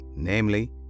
namely